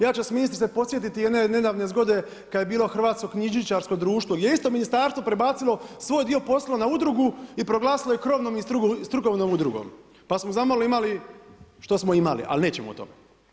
Ja ću vas ministrice podsjetiti jedne nedavne zgode kad je bilo hrvatsko knjižničarsko društvo gdje je isto ministarstvo prebacilo svoj dio posla na udrugu i proglasilo ju krovnom i strukovnom udrugom pa smo zamalo imali što smo imali, ali nećemo o tome.